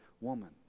woman